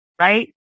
right